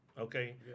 Okay